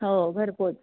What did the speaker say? हो घरपोच